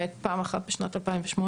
למעט פעם אחת בשנת 2008,